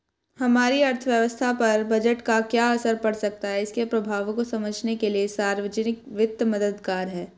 हमारी अर्थव्यवस्था पर बजट का क्या असर पड़ सकता है इसके प्रभावों को समझने के लिए सार्वजिक वित्त मददगार है